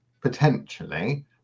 Potentially